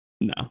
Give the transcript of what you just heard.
No